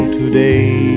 today